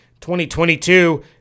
2022